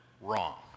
wrong